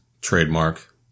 trademark